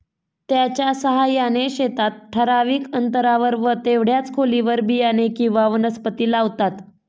त्याच्या साहाय्याने शेतात ठराविक अंतरावर व तेवढ्याच खोलीवर बियाणे किंवा वनस्पती लावतात